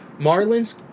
Marlins